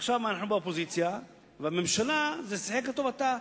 עכשיו אנחנו באופוזיציה, והממשלה, זה שיחק לטובתה.